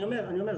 אני אומר,